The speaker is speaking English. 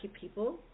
people